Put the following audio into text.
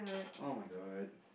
oh-my-god